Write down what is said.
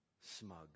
smug